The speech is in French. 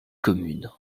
commune